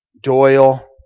Doyle